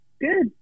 Good